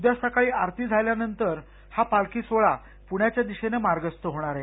उद्या सकाळी आरती झाल्यानंतर पालखी सोहळा पुण्याच्या दिशेनं मार्गस्थ होणार आहे